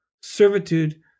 Servitude